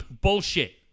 bullshit